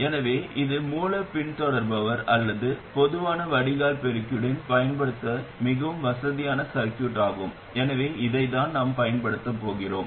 எனவே இது மூலப் பின்தொடர்பவர் அல்லது பொதுவான வடிகால் பெருக்கியுடன் பயன்படுத்த மிகவும் வசதியான சர்கியூட் ஆகும் எனவே இதைத்தான் நாம் பயன்படுத்தப் போகிறோம்